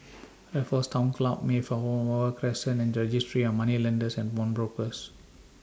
Raffles Town Club Mayflower Crescent and Registry of Moneylenders and Pawnbrokers